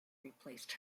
replaced